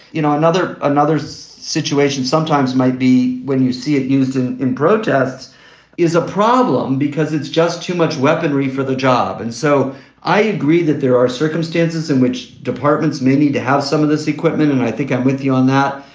you know, another another situation sometimes might be when you see it used in protests is a problem because it's just too much weaponry for the job. and so i agree that there are circumstances in which departments may need to have some of this equipment. and i think i'm with you on that.